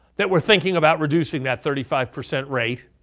that we're thinking about reducing that thirty five percent rate,